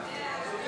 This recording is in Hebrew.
ההודעה נמסרה